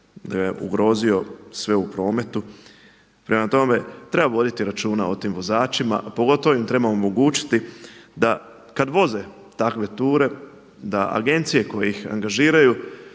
time ugrozio sve u prometu. Prema tome, treba voditi računa o tim vozačima, a pogotovo im treba omogućiti da kada voze takve ture da agencije koje ih angažiraju